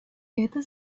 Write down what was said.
эта